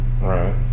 Right